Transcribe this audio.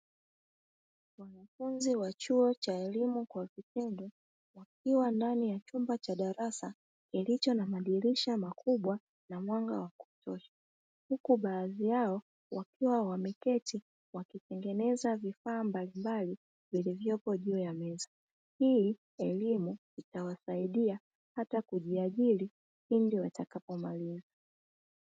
Wanafunzi wa chuo cha elimu kwa vitendo wakiwa ndani ya chumba cha darasa kilicho na madirisha makubwa na mwanga wa kutosha, huku baadhi yao wakiwa wameketi wakitengeneza vifaa mbalimbali vilivyopo juu ya meza hii elimu itawasaidia hata kujiajiri pindi watakapomaliza.